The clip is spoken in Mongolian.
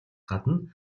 гадна